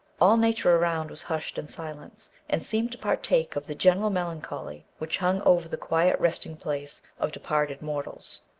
all nature around was hushed in silence, and seemed to partake of the general melancholy which hung over the quiet resting-place of departed mortals.